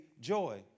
joy